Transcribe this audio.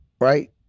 right